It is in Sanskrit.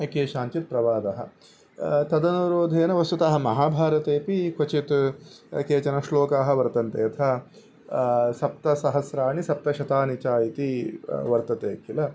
केषाञ्चित् प्रवादः तदनुरोधेन वस्तुतः महाभारतेपि क्वचित् केचन श्लोकाः वर्तन्ते यथा सप्तसहस्राणि सप्तशतानि च इति वर्तते किल